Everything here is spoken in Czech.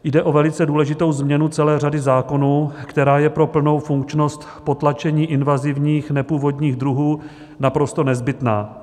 Jde o velice důležitou změnu celé řady zákonů, která je pro plnou funkčnost potlačení invazivních nepůvodních druhů naprosto nezbytná.